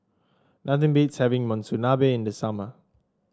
nothing beats having Monsunabe in the summer